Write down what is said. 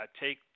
take